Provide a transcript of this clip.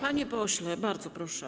Panie pośle, bardzo proszę.